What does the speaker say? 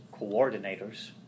coordinators